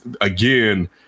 again